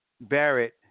Barrett